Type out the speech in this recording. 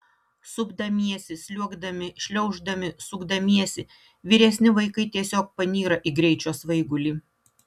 supdamiesi sliuogdami šliauždami sukdamiesi vyresni vaikai tiesiog panyra į greičio svaigulį